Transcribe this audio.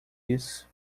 isso